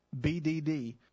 BDD